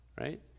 right